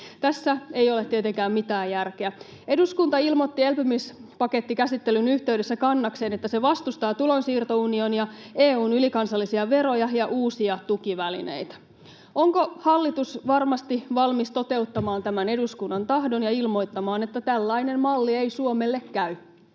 Tässä ei ole tietenkään mitään järkeä. Eduskunta ilmoitti elpymispakettikäsittelyn yhteydessä kannakseen, että se vastustaa tulonsiirtounionia, EU:n ylikansallisia veroja ja uusia tukivälineitä. Onko hallitus varmasti valmis toteuttamaan tämän eduskunnan tahdon ja ilmoittamaan, että tällainen malli ei Suomelle käy?